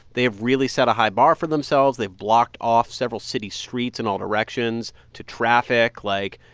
they have really set a high bar for themselves. they've blocked off several city streets in all directions to traffic. like,